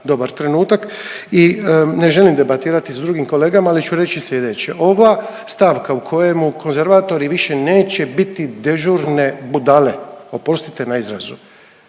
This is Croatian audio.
dobar trenutak i ne želim debatirati s drugim kolegama ali ću reći slijedeće. Ova stavka u kojemu konzervatori više neće biti dežurne budale, oprostite na izrazu.